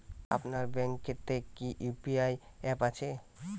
আপনার ব্যাঙ্ক এ তে কি ইউ.পি.আই অ্যাপ আছে?